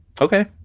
Okay